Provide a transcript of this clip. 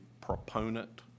proponent